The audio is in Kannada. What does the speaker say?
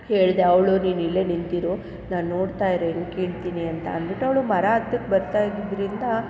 ಹೇಳಿದೆ ಅವಳು ನೀನಿಲ್ಲೆ ನಿಂತಿರು ನಾನ್ನು ನೋಡ್ತಾಯಿರು ಹೆಂಗೆ ಕೀಳ್ತೀನಿ ಅಂತ ಅಂದ್ಬಿಟ್ಟು ಅವಳು ಮರ ಹತ್ತೋಕೆ ಬರ್ತಾ ಇದ್ದಿದ್ದರಿಂದ